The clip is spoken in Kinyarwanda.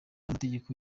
amategeko